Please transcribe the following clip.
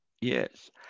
yes